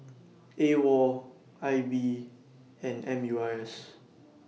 A WOL I B and M U I S